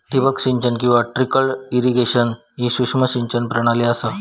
ठिबक सिंचन किंवा ट्रिकल इरिगेशन ही सूक्ष्म सिंचन प्रणाली असा